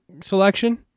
selection